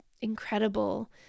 incredible